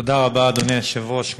תודה רבה, אדוני היושב-ראש.